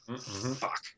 Fuck